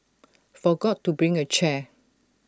forgot to bring A chair